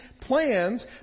plans